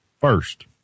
First